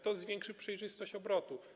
To zwiększy przejrzystość obrotu.